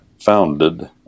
founded